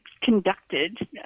conducted